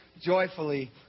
joyfully